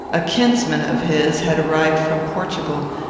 a kinsman of his had arrived from portugal,